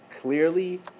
clearly